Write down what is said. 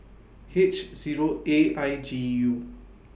H Zero A I G U